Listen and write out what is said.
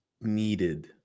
needed